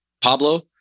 Pablo